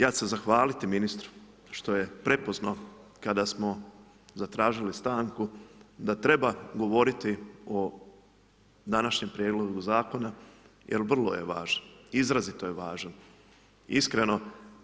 Ja ću se zahvaliti ministru što je prepoznao kada smo zatražili stanku da treba govoriti o današnjem prijedlogu zakona jer vrlo je važno, izrazito je važno i iskreno,